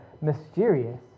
mysterious